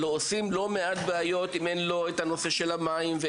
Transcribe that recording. עושים לא מעט בעיות אם אין את הנושא של המים,